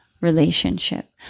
relationship